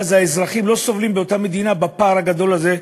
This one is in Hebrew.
ואז האזרחים שם לא סובלים מהפער הגדול הזה,